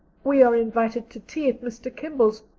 we are invited to tea at mr. kimball's,